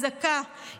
אזעקה,